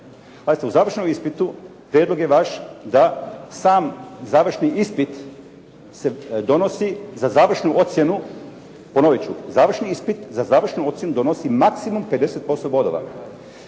u završnom ispitu prijedlog je vaš da sam završni ispit se donosi za završnu ocjenu, ponovit ću, završni ispit za završnu ocjenu donosi maksimum 50% bodova.